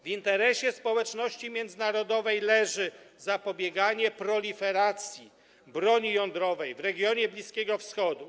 W interesie społeczności międzynarodowej leży zapobieganie proliferacji broni jądrowej w regionie Bliskiego Wschodu.